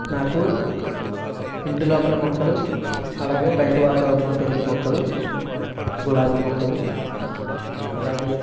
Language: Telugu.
నాకు ఇంటి లోపల మొక్కలు అలాగే బయట వాతావరణంలో పెరిగే మొక్కలు గులాబీ మొక్కలు అలాగే